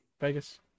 vegas